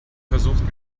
versucht